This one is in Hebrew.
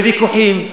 וויכוחים,